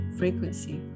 frequency